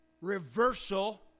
reversal